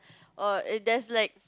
oh and there's like